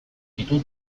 ditu